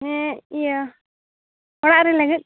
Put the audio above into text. ᱦᱮᱸ ᱤᱭᱟᱹ ᱚᱲᱟᱜ ᱨᱮ ᱞᱟᱹᱜᱤᱫ